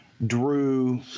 Drew